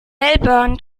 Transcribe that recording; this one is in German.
melbourne